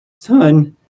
son